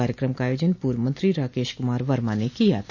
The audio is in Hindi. कार्यकम का आयोजन पूर्व मंत्री राकेश कुमार वर्मा ने किया था